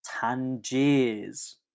Tangiers